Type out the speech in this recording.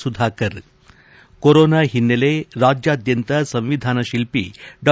Sudhakar corona ಹಿನ್ನೆಲೆ ರಾಜ್ಯಾದ್ಯಂತ ಸಂವಿಧಾನ ಶಿಲ್ಪಿ ಡಾ